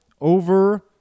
over